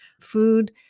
Food